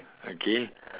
okay